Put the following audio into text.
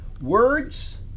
Words